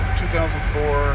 2004